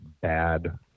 bad